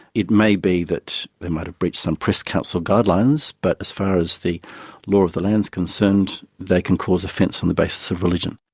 it may be that they might have breached some press council guidelines, but as far as the law of the land is concerned, they can cause offence on the basis of religion.